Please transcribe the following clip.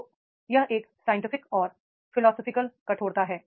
तो यह एक साइंटिफिक और फिलोसोफर कठोरता है